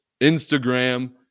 Instagram